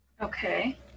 okay